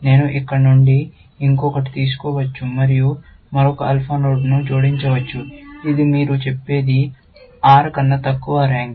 నేను ఇక్కడ నుండి ఇంకొకటి తీసుకోవచ్చు మరియు మరొక ఆల్ఫా నోడ్ను జోడించవచ్చు ఇది మీరు చెప్పేది R కన్నా తక్కువ ర్యాంక్